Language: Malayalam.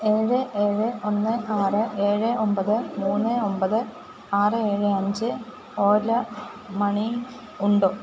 ഏഴ് ഏഴ് ഒന്ന് ആറ് ഏഴ് ഒമ്പത് മൂന്ന് ഒമ്പത് ആറ് ഏഴ് അഞ്ച് ഓല മണി ഉണ്ടോ